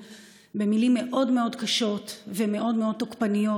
במילים מאוד מאוד קשות ומאוד מאוד תוקפניות,